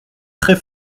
très